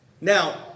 Now